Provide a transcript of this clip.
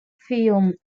film